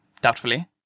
doubtfully